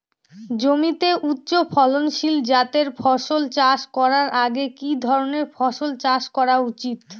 জমিতে উচ্চফলনশীল জাতের ফসল চাষ করার আগে কি ধরণের ফসল চাষ করা উচিৎ?